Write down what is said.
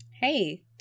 Hey